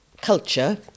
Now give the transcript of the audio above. culture